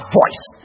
voice